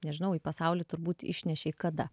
nežinau į pasaulį turbūt išnešei kada